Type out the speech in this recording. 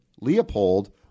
Leopold